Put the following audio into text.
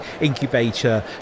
incubator